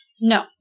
No